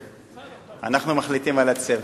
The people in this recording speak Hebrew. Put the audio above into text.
ואנחנו מחליטים על הצבע.